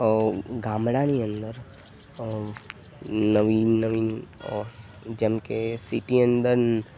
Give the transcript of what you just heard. ગામડાની અંદર નવીન નવીન અસ જેમ કે સિટિ અંદર